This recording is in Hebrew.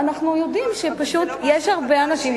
אנחנו יודעים שפשוט יש הרבה אנשים,